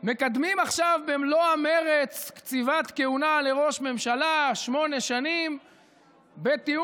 מקדמים עכשיו במלוא המרץ קציבת כהונה לראש ממשלה לשמונה שנים בטיעון